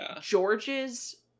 George's